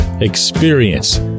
experience